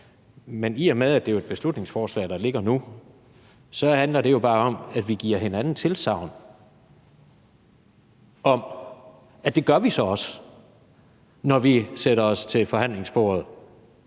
Men i og med at det er et beslutningsforslag, der ligger nu, handler det jo bare om, at vi giver hinanden tilsagn om, at det gør vi så også, når vi sætter os til forhandlingsbordet